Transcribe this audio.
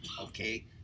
Okay